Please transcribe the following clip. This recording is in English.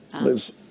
lives